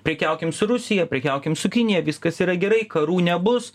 prekiaukim su rusija prekiaukim su kinija viskas yra gerai karų nebus